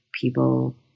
people